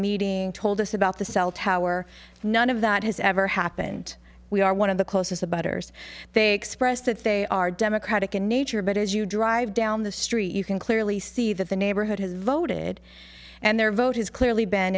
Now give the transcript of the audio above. meeting told us about the cell tower none of that has ever happened we are one of the closest about hers they expressed that they are democratic in nature but as you drive down the street you can clearly see that the neighborhood has voted and their vote has clearly b